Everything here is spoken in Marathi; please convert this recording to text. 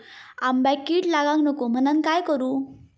आंब्यक कीड लागाक नको म्हनान काय करू?